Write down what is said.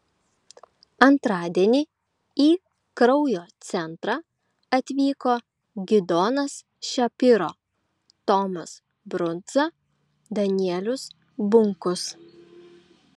antradienį į kraujo centrą atvyko gidonas šapiro tomas brundza danielius bunkus